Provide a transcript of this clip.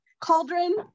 cauldron